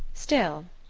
still,